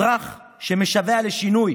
אזרח שמשווע לשינוי